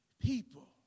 people